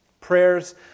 Prayers